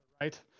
right